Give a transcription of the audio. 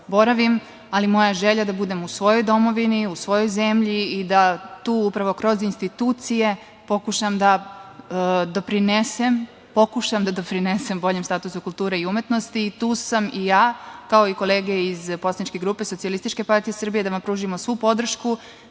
ali moja je želja da budem u svojoj domovini, u svojoj zemlji i da tu upravo kroz institucije pokušam da doprinesem boljem statusu kulture i umetnosti. Tu sam i ja, kao i kolege iz Poslaničke grupe Socijalističke partije Srbije, da vam pružimo svu podršku,